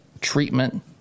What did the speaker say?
treatment